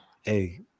hey